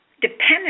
dependent